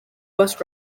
bus